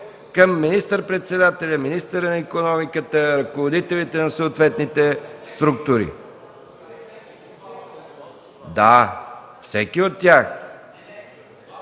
към министър-председателя, към министъра на икономиката, ръководителите на съответните структури се развива